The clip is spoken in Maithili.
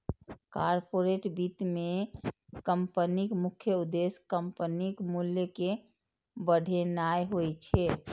कॉरपोरेट वित्त मे कंपनीक मुख्य उद्देश्य कंपनीक मूल्य कें बढ़ेनाय होइ छै